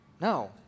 No